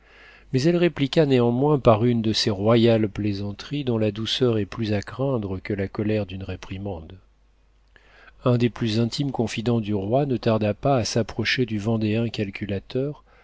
mais elle répliqua néanmoins par une de ces royales plaisanteries dont la douceur est plus à craindre que la colère d'une réprimande un des plus intimes confidents du roi ne tarda pas à s'approcher du vendéen calculateur